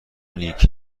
نیکی